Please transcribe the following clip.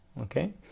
okay